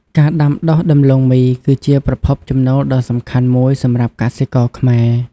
ការដាំដុះដំឡូងមីគឺជាប្រភពចំណូលដ៏សំខាន់មួយសម្រាប់កសិករខ្មែរ។